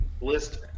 list